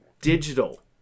digital